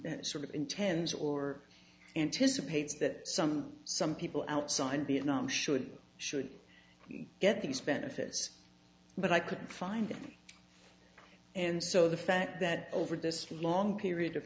that sort of intends or anticipates that some some people outside vietnam should should get these benefits but i couldn't find them and so the fact that over this week long period of